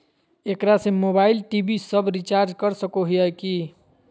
एकरा से mobile TV सब रिचार्ज कर सको हियै की?